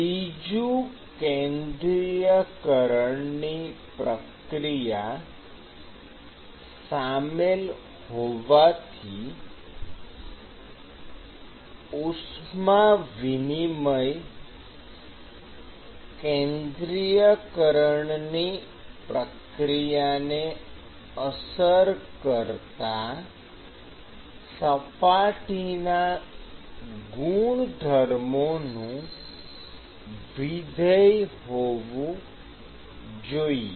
બીજું કેન્દ્રિયકરણ ની પ્રક્રિયા શામેલ હોવાથી ઉષ્મા વિનિમય કેન્દ્રિયકરણની પ્રક્રિયાને અસર કરતાં સપાટીના ગુણધર્મોનું વિધેય હોવું જોઈએ